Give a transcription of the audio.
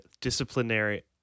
Disciplinary